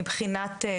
מבחינת,